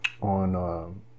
on